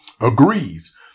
agrees